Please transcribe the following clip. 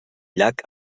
llac